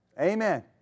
Amen